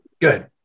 good